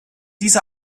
diese